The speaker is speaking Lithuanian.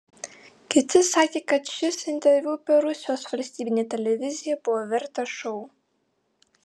kiti sakė kad šis interviu per rusijos valstybinę televiziją buvo vertas šou